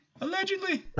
Allegedly